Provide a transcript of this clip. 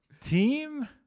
Team